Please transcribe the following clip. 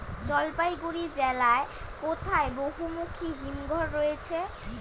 জলপাইগুড়ি জেলায় কোথায় বহুমুখী হিমঘর রয়েছে?